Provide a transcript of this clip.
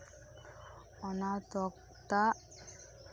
ᱚᱱᱟ ᱛᱚᱠᱛᱟ